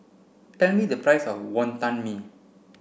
tell me the price of Wonton Mee